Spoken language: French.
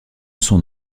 son